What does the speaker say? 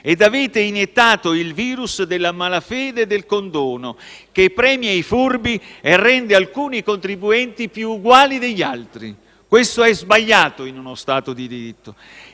e avete iniettato il *virus* della malafede e del condono, che premia i furbi e rende alcuni contribuenti più uguali degli altri. Questo è sbagliato in uno Stato di diritto.